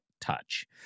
touch